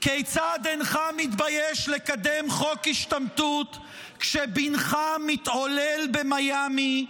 כיצד אינך מתבייש לקדם חוק השתמטות כשבנך מתהולל במיאמי,